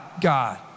God